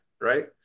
right